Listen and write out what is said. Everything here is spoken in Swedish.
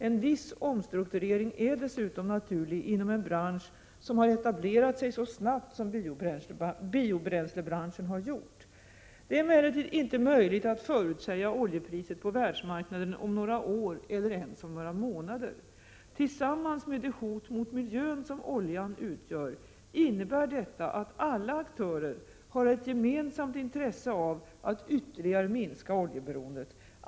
En viss omstrukturering är dessutom naturlig inom en bransch som har etablerat sig så snabbt som biobränslebranschen har gjort. Det är emellertid inte möjligt att förutsäga oljepriset på världsmarknaden om några år eller ens om några månader. Tillsammans med det hot mot miljön som oljan utgör, innebär detta att alla aktörer har ett gemensamt intresse av att ytterligare minska oljeberoendet.